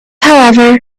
however